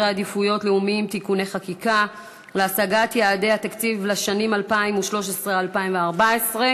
עדיפויות לאומיים (תיקוני חקיקה להשגת יעדי התקציב לשנים 2013 ו-2014),